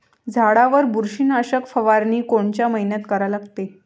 झाडावर बुरशीनाशक फवारनी कोनच्या मइन्यात करा लागते?